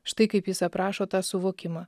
štai kaip jis aprašo tą suvokimą